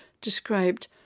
described